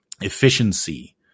efficiency